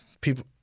people